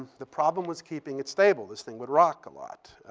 the problem was keeping it stable. this thing would rock a lot.